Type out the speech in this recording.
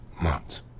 Months